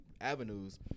avenues